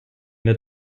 der